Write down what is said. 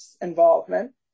involvement